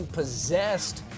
possessed